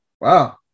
Wow